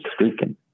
speaking